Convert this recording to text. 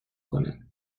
کنند